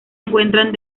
encuentran